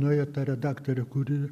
nuėjo ta redaktorė kuri